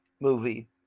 movie